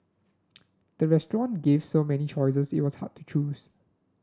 the restaurant gave so many choices it was hard to choose